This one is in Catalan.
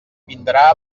vindrà